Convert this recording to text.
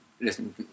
listen